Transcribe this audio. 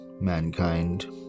mankind